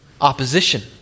opposition